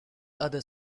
other